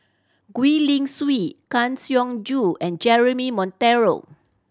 Gwee Li Sui Kang Siong Joo and Jeremy Monteiro